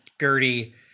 Gertie